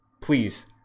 please